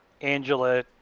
Angela